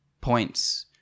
points